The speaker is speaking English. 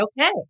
okay